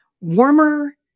warmer